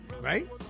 Right